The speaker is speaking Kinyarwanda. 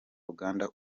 uganda